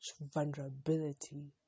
vulnerability